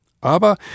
Aber